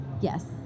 Yes